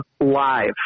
live